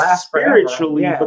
spiritually